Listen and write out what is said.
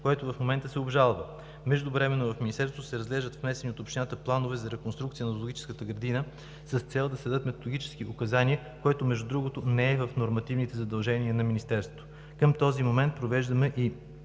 което в момента се обжалва. Междувременно в Министерството се разглеждат внесени от общината планове за реконструкция на зоологическата градина с цел да се дадат методически указания, което, между другото, не е в нормативните задължения на Министерството. Към този момент проверяваме и